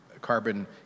carbon